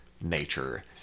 nature